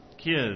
Kids